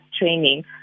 training